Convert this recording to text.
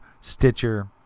Stitcher